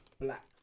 black